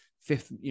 fifth